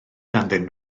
ganddyn